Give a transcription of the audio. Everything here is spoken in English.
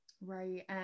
Right